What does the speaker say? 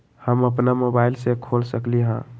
हम अपना मोबाइल से खोल सकली ह?